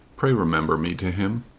pray remember me to him.